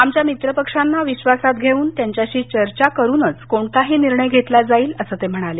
आमच्या मित्रपक्षांना विश्वासात घेऊन त्यांच्याशी चर्चा करूनच कोणताही निर्णय घेतला जाईल असं ते म्हणाले